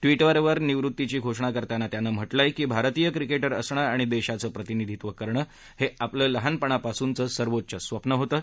श्री उेवर निवृत्तीची घोषणा करताना त्यानं म्हा अ़य की भारतीय क्रिकेउे असणं आणि देशाचं प्रतिनिधीत्व करणं हे आपलं लहानपणापासूनचं सर्वोच्च स्वप्न होतं